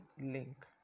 link